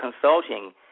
consulting